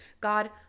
God